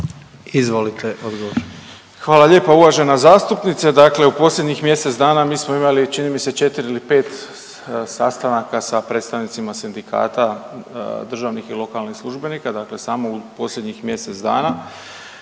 Ivan (HDZ)** Hvala lijepa uvažena zastupnice. Dakle u posljednjih mjesec dana, mi smo imali, čini mi se, 4 ili 5 sastanaka sa predstavnicima sindikata državnih i lokalnih službenika, dakle samo u posljednjih mjesec dana.